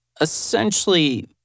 essentially